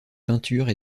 peintures